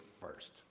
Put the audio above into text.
first